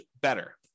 better